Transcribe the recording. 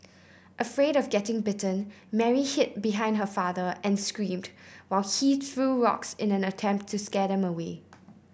afraid of getting bitten Mary hid behind her father and screamed while he threw rocks in an attempt to scare them away